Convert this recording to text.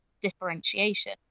differentiation